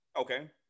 Okay